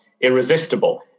irresistible